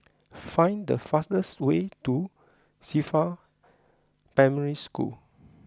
find the fastest way to Qifa Primary School